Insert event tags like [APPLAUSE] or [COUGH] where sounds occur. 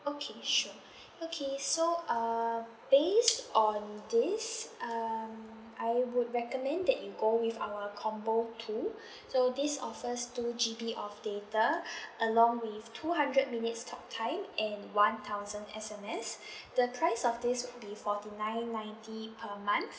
okay sure [BREATH] okay so uh based on this um I would recommend that you go with our combo two [BREATH] so this offers two G_B of data [BREATH] along with two hundred minutes talk time and one thousand S_M_S [BREATH] the price of this would be forty nine ninety per month